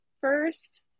first